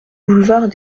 boulevard